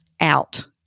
out